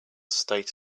state